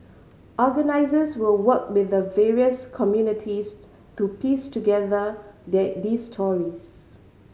organisers will work with the various communities to piece together they these stories